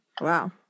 Wow